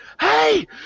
hey